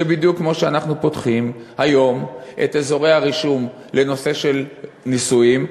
שבדיוק כמו שאנחנו פותחים היום את אזורי הרישום לנושא של נישואין,